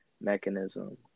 mechanism